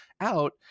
out